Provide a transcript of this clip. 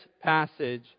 passage